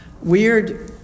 weird